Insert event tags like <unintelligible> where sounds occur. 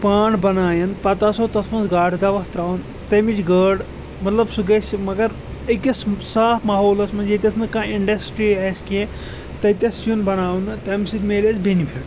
pond بَنایَن پَتہٕ آسو تَتھ منٛز گاڈٕ <unintelligible> ترٛاوان تَمِچ گٲڈ مطلب سُہ گژھِ مگر أکِس صاف ماحولَس منٛز ییٚتٮ۪تھ نہٕ کانٛہہ اِنڈَسٹرٛی آسہِ کیٚنٛہہ تٔتٮ۪س یُس بَناونہٕ تَمہِ سۭتۍ میلہِ اَسہِ بیٚنِفِٹ